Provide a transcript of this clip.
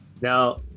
Now